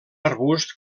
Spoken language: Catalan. arbust